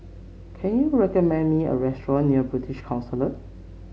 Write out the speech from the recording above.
can you recommend me a restaurant near British Council